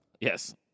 Yes